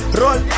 roll